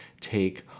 take